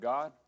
God